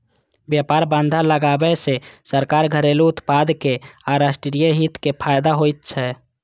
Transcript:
व्यापार बाधा लगाबै सं सरकार, घरेलू उत्पादक आ राष्ट्रीय हित कें फायदा होइ छै